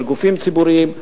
של גופים ציבוריים,